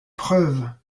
preuves